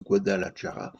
guadalajara